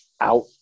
out